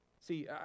See